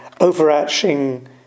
overarching